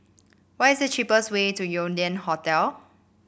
what is the cheapest way to Yew Lian Hotel